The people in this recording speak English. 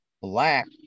black